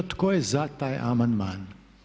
Tko je za taj amandman?